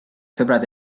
sõbrad